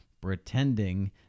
pretending